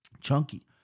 Chunky